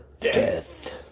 death